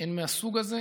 הן מהסוג הזה,